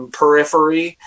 periphery